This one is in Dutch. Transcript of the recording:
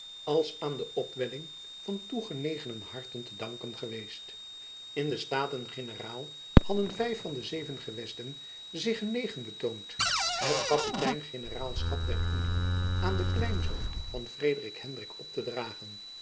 als aan de opwelling van toegenegen harten te danken geweest in de staten-generaal hadden vijf van de zeven gewesten zich genegen betoond het kapitein generaalschap der unie aan den kleinzoon van frederik hendrik op te dragen